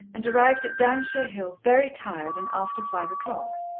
and arrived at downshire hill very tired, and after five o'clock.